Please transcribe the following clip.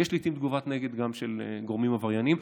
יש לעיתים תגובת נגד גם של גורמים עברייניים.